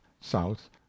south